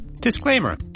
Disclaimer